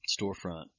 Storefront